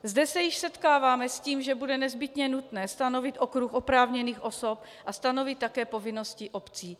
Zde se již setkáváme s tím, že bude nezbytně nutné stanovit okruh oprávněných osob a stanovit také povinnosti obcí.